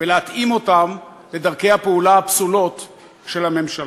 ולהתאים אותם לדרכי הפעולה הפסולות של הממשלה.